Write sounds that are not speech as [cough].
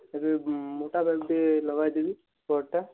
ଏବେ ମୋଟା ପାଇପ୍ଟେ ଲଗାଇଦେବି [unintelligible]